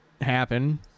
happen